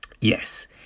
Yes